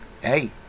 hey